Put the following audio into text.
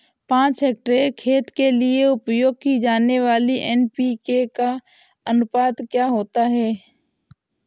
पाँच हेक्टेयर खेत के लिए उपयोग की जाने वाली एन.पी.के का अनुपात क्या होता है?